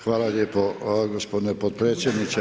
Hvala lijepo gospodine potpredsjedniče.